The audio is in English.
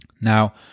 Now